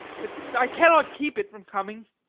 but i cannot keep it from coming!